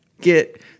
get